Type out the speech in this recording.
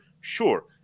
Sure